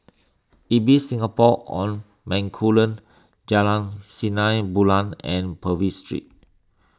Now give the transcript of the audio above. Ibis Singapore on Bencoolen Jalan Sinar Bulan and Purvis Street